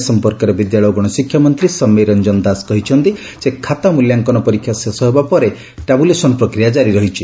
ଏ ସମ୍ପର୍କରେ ବିଦ୍ୟାଳୟ ଓ ଗଣଶିକ୍ଷା ମନ୍ତୀ ସମୀର ରଞ୍ଚନ ଦାଶ କହିଛନ୍ତି ଯେ ଖାତା ମିଲ୍ୟାଙ୍କନ ପ୍ରକ୍ରିୟା ଶେଷ ହେବା ପରେ ଟାବୁଲେସନ ପ୍ରକ୍ରିୟା କାରି ରହିଛି